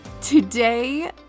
Today